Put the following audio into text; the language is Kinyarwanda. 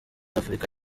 afurika